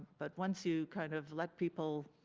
but once you kind of let people